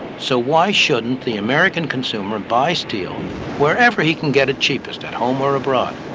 so why shouldn't the american consumer buy steel wherever he can get it cheapest at home or abroad?